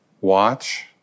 watch